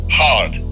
hard